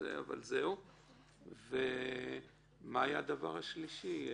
מה היה הדבר השלישי?